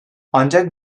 ancak